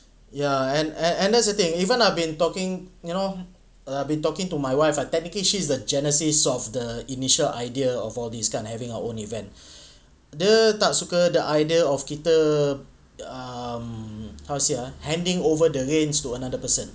ya and and that's a thing even I've been talking you know I've been talking to my wife ah technically she's the genesis of the initial idea of all these kind of having our own event dia tak suka the idea of kita um how to say ah handing over the rains to another person